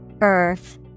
Earth